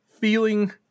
feeling